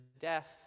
death